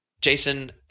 Jason